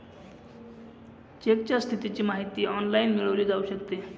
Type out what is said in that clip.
चेकच्या स्थितीची माहिती ऑनलाइन मिळवली जाऊ शकते